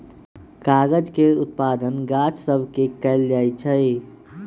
कागज के उत्पादन गाछ सभ से कएल जाइ छइ